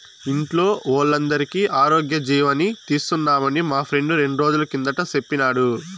ఇంట్లో వోల్లందరికీ ఆరోగ్యజీవని తీస్తున్నామని మా ఫ్రెండు రెండ్రోజుల కిందట సెప్పినాడు